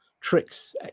tricks